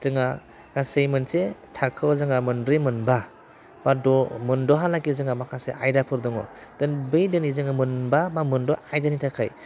जोंहा गासै मोनसे थाखोआव जोंहा मोनब्रै मोनबा बा द' मोनद' हालागै जोंहा माखासे आयदाफोर दङ दा बै दिनै जोङो मोनबा मोनद' आयदानि थाखाय